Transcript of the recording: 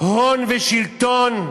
הון ושלטון,